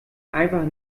einfach